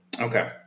Okay